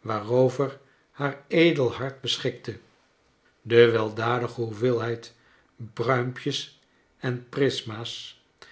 waarover haar edel hart beschikte de weldadige hoeveelheid pruimpjes en prisma's